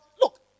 Look